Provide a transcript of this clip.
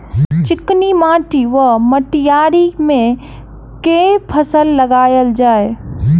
चिकनी माटि वा मटीयारी मे केँ फसल लगाएल जाए?